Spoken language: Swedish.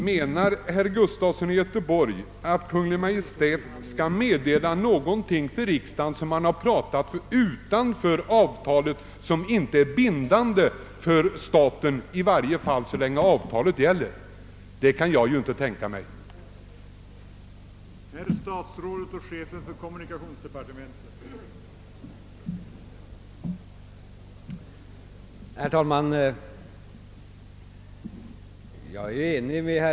Herr talman! Menar herr Gustafson i Göteborg att Kungl. Maj:t skall meddela riksdagen någonting som diskuterats vid sidan om avtalet och som inte är bindande för staten — i varje fall inte så länge avtalet gäller? Jag kan i alla fall inte tänka mig detta.